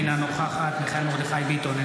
אינה נוכחת מיכאל מרדכי ביטון,